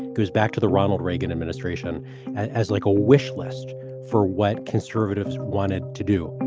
goes back to the ronald reagan administration as like a wish list for what conservatives wanted to do